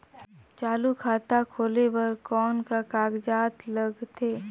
चालू खाता खोले बर कौन का कागजात लगथे?